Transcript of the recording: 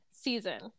season